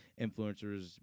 influencers